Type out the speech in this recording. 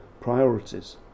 priorities